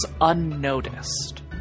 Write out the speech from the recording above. unnoticed